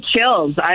chills